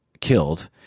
killed